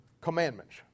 commandments